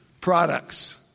products